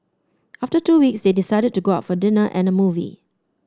after two weeks they decided to go out for dinner and a movie